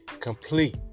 complete